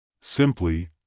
Simply